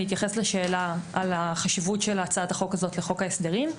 אני אתייחס לשאלה על החשיבות של הצעת החוק הזו לחוק ההסדרים,